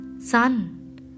sun